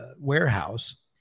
warehouse